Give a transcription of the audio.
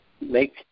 Make